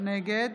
נגד